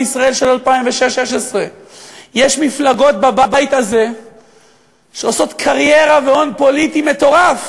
בישראל של 2016. יש מפלגות בבית הזה שעושות קריירה והון פוליטי מטורף